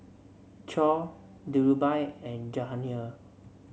Choor Dhirubhai and Jahangir